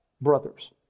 brothers